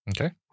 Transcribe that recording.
Okay